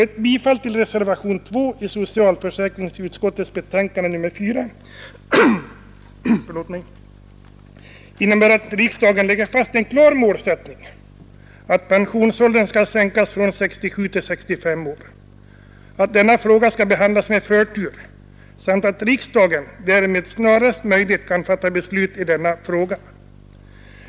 Ett bifall till reservationen 2, som är fogad vid socialförsäkringsutskottets betänkande nr 4, innebär att riksdagen lägger fast en klar målsättning att pensionsåldern skall sänkas från 67 till 65 år, att denna fråga skall behandlas med förtur samt att riksdagen därmed snarast möjligt kommer att fatta beslut i denna fråga.